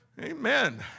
Amen